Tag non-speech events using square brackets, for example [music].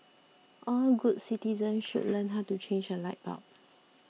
all good citizens should learn how to [noise] change a light bulb